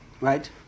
right